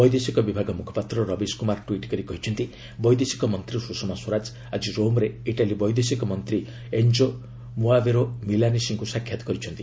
ବୈଦେଶିକ ବିଭାଗ ମୁଖପାତ୍ର ରବୀଶ୍ କୁମାର ଟ୍ୱିଟ୍ କରି କହିଛନ୍ତି ବୈଦେଶିକ ମନ୍ତ୍ରୀ ସୁଷମା ସ୍ୱରାଜ ଆକି ରୋମ୍ରେ ଇଟାଲୀ ବୈଦେଶିକ ମନ୍ତ୍ରୀ ଏଞ୍ଜୋ ମୋଆବେରୋ ମିଲାନେସିଙ୍କୁ ସାକ୍ଷାତ୍ କରିଛନ୍ତି